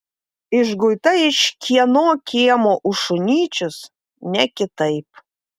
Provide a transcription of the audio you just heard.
išguita iš kieno kiemo už šunyčius ne kitaip